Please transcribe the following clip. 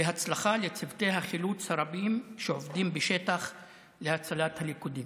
והצלחה לצוותי החילוץ הרבים שעובדים בשטח להצלת הלכודים.